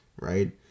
right